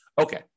Okay